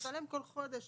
אני אשלם כל חודש